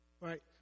Right